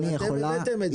אבל אתם הבאתם את זה.